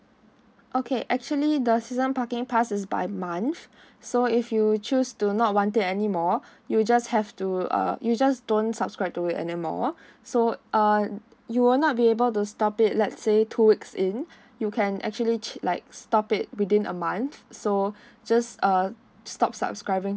okay actually the season parking pass is by month so if you choose to not want it anymore you just have to uh you just don't subscribe to it anymore so uh you will not be able to stop it let's say two weeks in you can actually just like stop it within a month so just uh stop subscribing